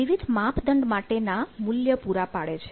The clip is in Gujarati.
વિવિધ માપદંડ માટે ના મૂલ્ય પૂરા પાડે છે